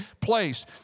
place